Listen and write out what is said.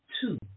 two